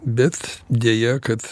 bet deja kad